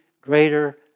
greater